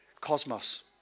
cosmos